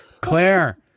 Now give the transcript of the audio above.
Claire